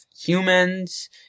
humans